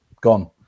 gone